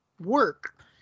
work